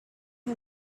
who